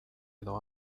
edo